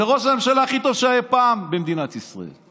זה ראש הממשלה הכי טוב שהיה אי פעם במדינת ישראל.